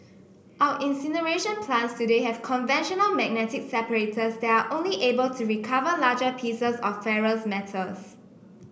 our incineration plants today have conventional magnetic separators that are only able to recover larger pieces of ferrous metals